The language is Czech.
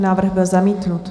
Návrh byl zamítnut.